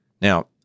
Now